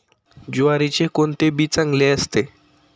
ज्वारीचे कोणते बी चांगले असते?